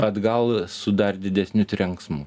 atgal su dar didesniu trenksmu